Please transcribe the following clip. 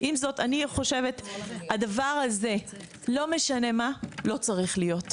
לא משנה מה, הדבר הזה לא צריך להיות.